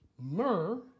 myrrh